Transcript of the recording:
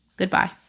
Goodbye